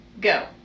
Go